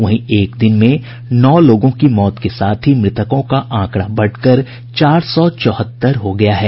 वहीं एक दिन में नौ लोगों की मौत के साथ ही मृतकों का आंकड़ा बढ़कर चार सौ चौहत्तर हो गया है